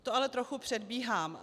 To ale trochu předbíhám.